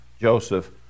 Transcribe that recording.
Joseph